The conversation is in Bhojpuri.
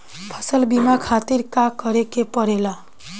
फसल बीमा खातिर का करे के पड़ेला?